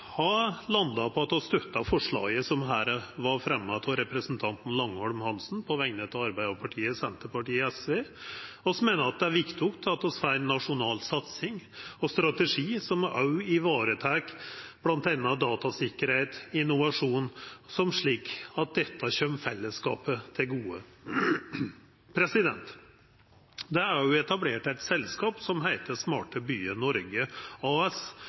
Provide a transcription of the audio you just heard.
har landa på at vi støttar forslaget som her er fremma av representanten Langholm Hansen på vegner av Arbeidarpartiet, Senterpartiet og SV. Vi meiner det er viktig at vi får ei nasjonal satsing og ein strategi som òg varetek bl.a. datasikkerheit og innovasjon, slik at dette kjem fellesskapet til gode. Det er òg etablert eit selskap som heiter Smarte Byer Norge AS,